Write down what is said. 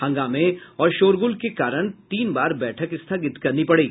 हंगामे और शोरगुल के कारण तीन बार बैठक स्थगित करनी पड़ी